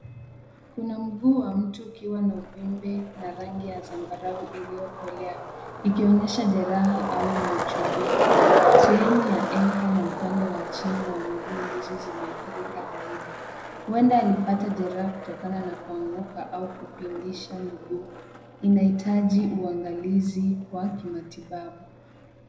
Kuna mguu wa mtu ukiwa na uvimbe na rangi ya zambarau iliyokolea ikionyesha jeraha au michubuko. Sehemu ya enka na upande wa chini wa mguu ndizo zimeathirika zaidi. Huenda alipata jeraha kutokana na kuanguka au kupindisha mguu. Inahitaji uangalizi wa kimatibabu.